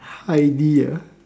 Heidi ah